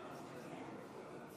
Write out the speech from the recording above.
אני מבקש למנות את